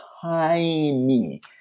tiny